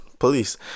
police